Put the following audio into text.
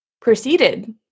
proceeded